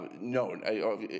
No